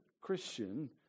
Christian